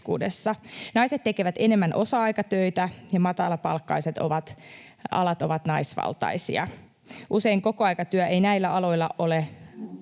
Naiset tekevät enemmän osa-aikatöitä, ja matalapalkkaiset alat ovat naisvaltaisia. Usein kokoaikatyötä ei näillä aloilla ole tarjolla,